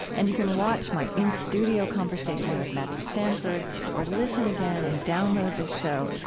and you can watch my in-studio conversation with matthew sanford or listen again and download this show.